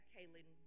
Kaylin